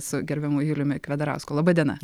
su gerbiamu juliumi kvedarausku laba diena